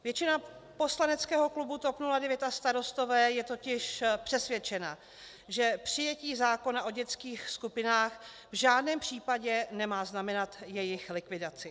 Většina poslaneckého klubu TOP 09 a Starostové je totiž přesvědčena, že přijetí zákona o dětských skupinách v žádném případě nemá znamenat jejich likvidaci.